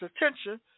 attention